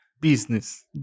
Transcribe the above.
business